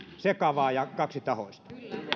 sekava ja kaksitahoinen